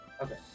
Okay